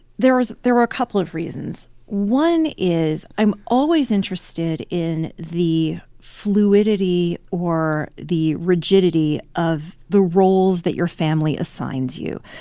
there was there were a couple of reasons. one is, i'm always interested in the fluidity or the rigidity of the roles that your family assigns you.